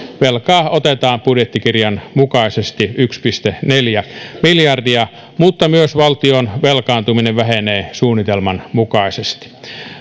velkaa otetaan budjettikirjan mukaisesti yksi pilkku neljä miljardia mutta valtion velkaantuminen myös vähenee suunnitelman mukaisesti